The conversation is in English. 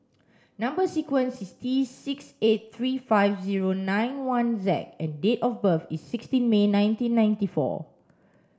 number sequence is T six eight three five zero nine one Z and date of birth is sixteen May nineteen ninety four